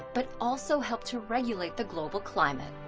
but also help to regulate the global climate.